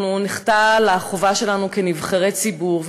אנחנו נחטא לחובה שלנו כנבחרי ציבור,